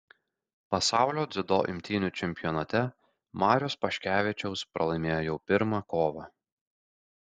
pasaulio dziudo imtynių čempionate marius paškevičiaus pralaimėjo jau pirmą kovą